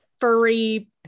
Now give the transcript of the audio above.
furry